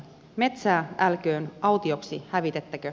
metsää älköön autioksi hävitettäkö